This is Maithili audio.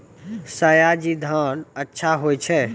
सयाजी धान अच्छा होय छै?